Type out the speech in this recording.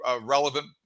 relevant